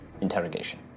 interrogation